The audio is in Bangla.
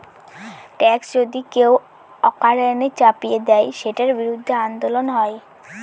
ট্যাক্স যদি কেউ অকারণে চাপিয়ে দেয়, সেটার বিরুদ্ধে আন্দোলন হয়